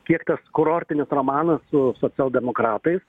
kiek tas kurortinis romanas su socialdemokratais